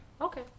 Okay